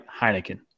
Heineken